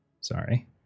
sorry